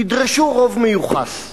ידרשו רוב מיוחס.